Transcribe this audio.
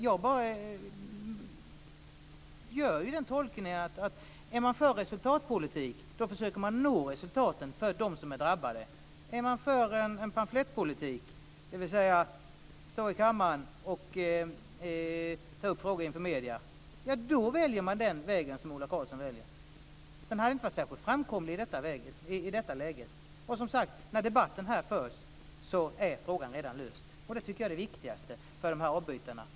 Jag gör bara den tolkningen att är man för resultatpolitik försöker man nå resultat för dem som är drabbade. Är man för en pamflettpolitik, dvs. att stå i kammaren och ta upp frågor inför medierna - då väljer man den väg som Ola Karlsson väljer. Den hade inte varit särskilt framkomlig i detta läge. Och som sagt, när debatten förs här är frågan redan löst. Det tycker jag är det viktigaste för avbytarna.